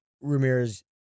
ramirez